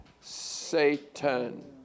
Satan